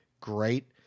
great